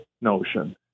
notion